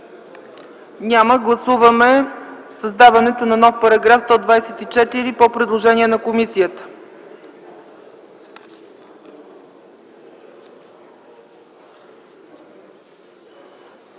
Няма. Гласуваме създаването на нов § 124 по предложение на комисията.